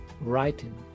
writing